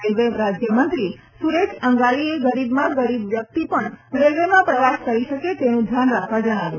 railway રાજ્યમંત્રી સુરેશ અંગાડીએ ગરીબમાં ગરીબ વ્યક્તિ પણ રેલવેમાં પ્રવાસ કરી શકે તેનું ધ્યાન રાખવા જણાવ્યું